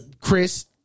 Chris